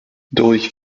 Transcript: durch